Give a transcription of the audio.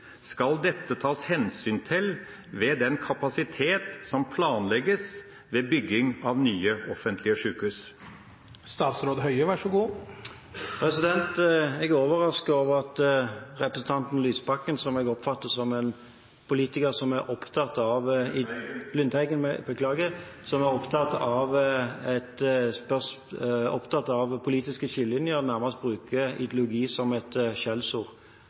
Skal dette tas hensyn til ved den kapasitet som planlegges ved bygging av nye offentlige sykehus? Jeg er overrasket over at representanten Lysbakken, som jeg oppfatter som en politiker … Lundteigen! … representanten Lundteigen, beklager, som er opptatt av politiske skillelinjer, nærmest bruker ideologi som et skjellsord.